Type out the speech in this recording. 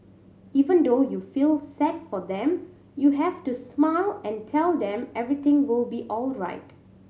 even though you feel sad for them you have to smile and tell them everything will be alright